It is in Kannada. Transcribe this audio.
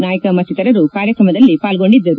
ನಾಯ್ನ ಮತ್ತಿತರರು ಕಾರ್ಯಕ್ತಮದಲ್ಲಿ ಪಾಲ್ಗೊಂಡಿದ್ದರು